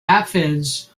aphids